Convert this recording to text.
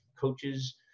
coaches